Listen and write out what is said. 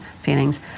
feelings